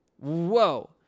Whoa